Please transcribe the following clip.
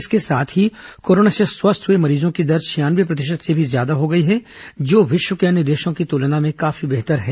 इसके साथ ही कोरोना से स्वस्थ हुए मरीजों की दर छियानवे प्रतिशत से भी ज्यादा हो गई है जो विश्व के अन्य देशों की तुलना में काफी बेहतर है